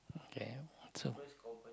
okay so